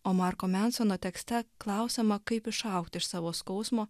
o marko mansono tekste klausiama kaip išaugti iš savo skausmo